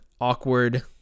awkward